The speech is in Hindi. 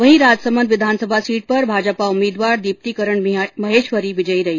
वहीं राजसमंद विधानसभा सीट पर भाजपा उम्मीदवार दीप्ति किरण माहेश्वरी विजयी रही